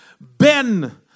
Ben